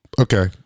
Okay